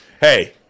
Hey